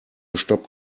stopp